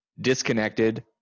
disconnected